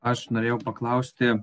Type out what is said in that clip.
aš norėjau paklausti